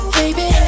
baby